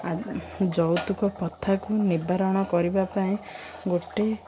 ଆ ଯୌତୁକ କଥାକୁ ନିବାରଣ କରିବା ପାଇଁ ଗୋଟେ